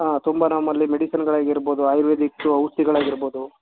ಹಾಂ ತುಂಬ ನಮ್ಮಲ್ಲಿ ಮೆಡಿಸಿನ್ಗಳಾಗಿರ್ಬೋದು ಆಯುರ್ವೇದಿಕ್ಕು ಔಷಧಿಗಳಾಗಿರ್ಬೋದು